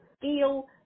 feel